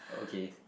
okay